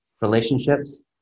relationships